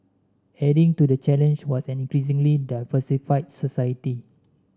adding to the challenge was an increasingly diversified society